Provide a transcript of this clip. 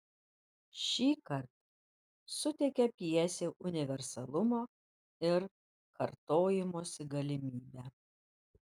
šįkart suteikia pjesei universalumo ir kartojimosi galimybę